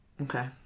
Okay